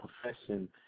profession